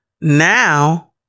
Now